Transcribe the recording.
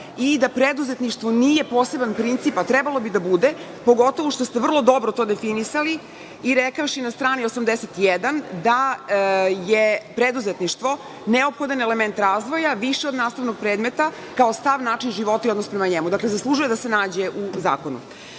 i preduzetništvo nije poseban princip a trebalo bi da bude, pogotovo što ste to vrlo dobro definisali, rekavši na strani 81. da je preduzetništvo neophodan element razvoja više od nastavnog predmeta, kao stav, način života i odnos prema njemu. Dakle, zaslužuje da se nađe u zakonu. Na